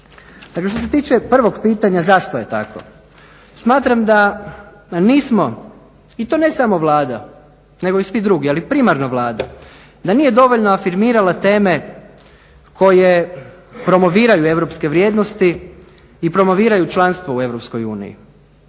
što se tiče prvog pitanja zašto je tako, smatram da nismo i to ne samo Vlada nego i svi drugi, ali primarno Vlada, da nije dovoljno afirmirala teme koje promoviraju europske vrijednosti i promoviraju članstvo u